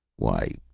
why,